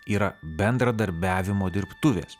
yra bendradarbiavimo dirbtuvės